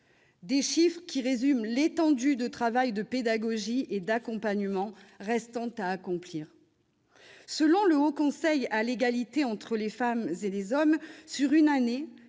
Ces chiffres donnent la mesure du travail de pédagogie et d'accompagnement restant à accomplir. Selon le Haut Conseil à l'égalité entre les femmes et les hommes, en moyenne